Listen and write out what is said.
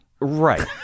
right